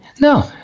No